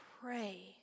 pray